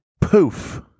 Poof